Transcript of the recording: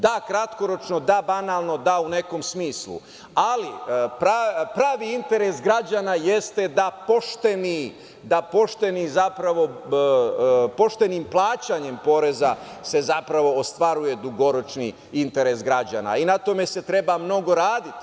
Da kratkoročno, da banalno, da u nekom smislu, ali pravi interes građana jeste da poštenim plaćanjem poreza se zapravo ostvaruje dugoročni interes građana i na tome se treba mnogo raditi.